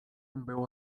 było